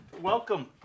Welcome